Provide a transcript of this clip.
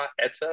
Etta